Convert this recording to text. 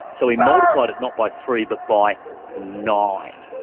so he multiplied it not by three but by nine.